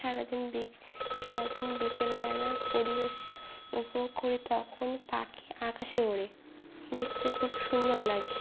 সারাদিন বি সারাদিন বিকেলবেলা পরিবেশের উপভোগ করি তখন পাখি আকাশে ওড়ে দেখতে খুব সুন্দর লাগে